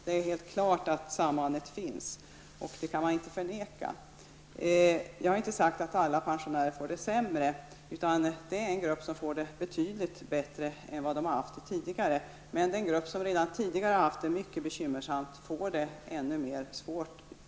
Det står helt klart och kan inte förnekas att detta samband finns. Jag har inte sagt att alla pensionärer får det sämre, utan det är en grupp som får det betydligt bättre än tidigare. Men den grupp pensionärer som redan förut har haft det bekymmersamt får det ännu svårare.